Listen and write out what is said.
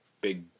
big